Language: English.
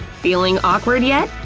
feeling awkward yet?